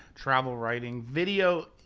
travel writing, video.